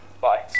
bye